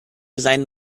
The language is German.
seinen